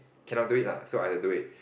cannot do it lah so I had to do it